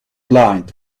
blind